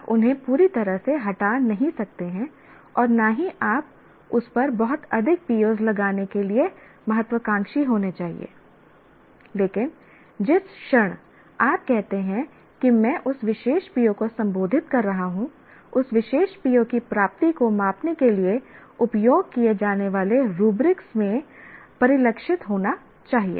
आप उन्हें पूरी तरह से हटा नहीं सकते हैं और न ही आप उस पर बहुत अधिक POs लगाने के लिए महत्वाकांक्षी होने चाहिए लेकिन जिस क्षण आप कहते हैं कि मैं उस विशेष PO को संबोधित कर रहा हूं उस विशेष PO की प्राप्ति को मापने के लिए उपयोग किए जाने वाले रुब्रिक्स में परिलक्षित होना चाहिए